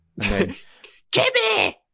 Kimmy